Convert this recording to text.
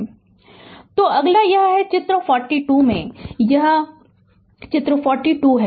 Refer Slide Time 2510 तो अगला यह है कि चित्र 42 में यह आंकड़ा 42 है